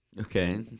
Okay